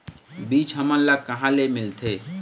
बीज हमन ला कहां ले मिलथे?